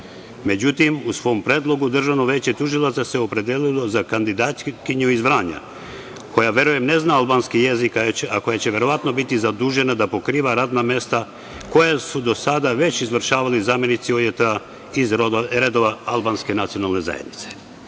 Međutim, u svom predlogu Državno veće tužilaca se opredelilo za kandidatkinju iz Vranja, koja verujem ne zna albanski jezik, a koja će verovatno biti zadužena da pokriva radna mesta koja su do sada već izvršavali zamenici OJT-a iz redova albanske nacionalne zajednice.